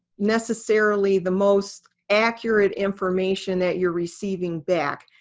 necessarily the most accurate information that you're receiving back.